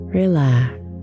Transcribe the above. relax